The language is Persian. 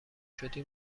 شدی